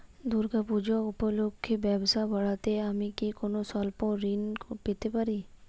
দূর্গা পূজা উপলক্ষে ব্যবসা বাড়াতে আমি কি কোনো স্বল্প ঋণ পেতে পারি?